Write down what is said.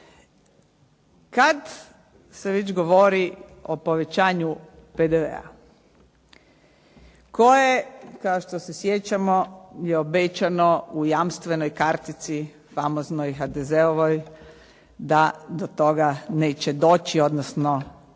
kad se već govori o povećanju PDV-a koje, kao što se sjećamo je obećano u jamstvenoj kartici famoznoj HDZ-ovoj da do toga neće doći, odnosno